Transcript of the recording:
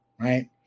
Right